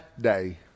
day